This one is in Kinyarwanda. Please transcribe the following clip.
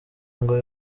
ngo